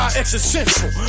existential